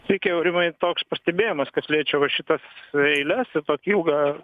sveiki aurimai toks pastebėjimas kas liečia va šitas eiles į tokį ilgą